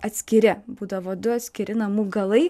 atskiri būdavo du atskiri namų galai